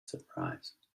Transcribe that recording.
surprise